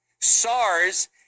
SARS